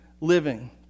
living